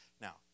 Now